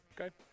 Okay